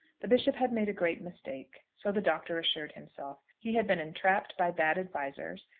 the bishop had made a great mistake. so the doctor assured himself. he had been entrapped by bad advisers,